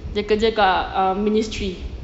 dia kerja kat um ministry